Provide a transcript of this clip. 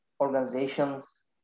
organizations